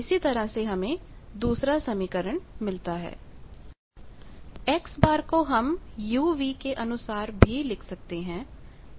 इसी तरह से X 2v1 u2 v2 X को हम u v के अनुसार भी लिख सकते हैं